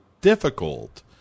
difficult